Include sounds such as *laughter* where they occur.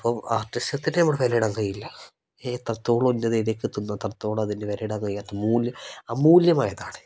അപ്പം ആർട്ടിസ്റ്റത്തിന് നമ്മൾ വില ഇടാൻ കഴിയില്ല ഏ *unintelligible* വിലയിടൻ കഴിയാത്ത മൂല്യം അമൂല്യമായതാണ് അല്ലേ